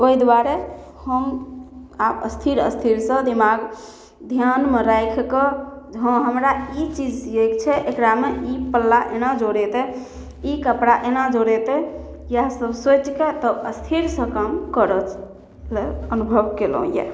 ओहि दुआरे हम आब स्थिर स्थिरसँ दिमागमे राखिकऽ धिआमे राखिकऽ जे हँ हमरा ई चीज सिएके छै एकरामे ई पल्ला एना जोड़ेतै ई कपड़ा एना जोड़ेतै इएहसब सोचिकऽ तब स्थिरसँ काम करथलए अनुभव कएलहुँ ये